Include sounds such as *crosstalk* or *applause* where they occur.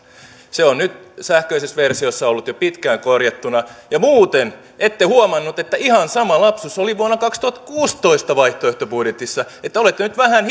se on nyt sähköisessä versiossa ollut jo pitkään korjattuna ja muuten ette huomannut että ihan sama lapsus oli vuonna kaksituhattakuusitoista vaihtoehtobudjetissa että olette nyt vähän *unintelligible*